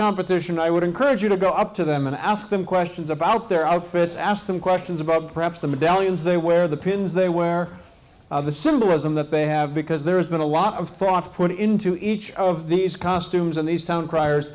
competition i would encourage you to go up to them and ask them questions about their outfits ask them questions about perhaps the medallions they wear the pins they wear the symbolism that they have because there's been a lot of thought put into each of these costumes and the